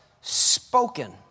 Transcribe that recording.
spoken